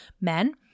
men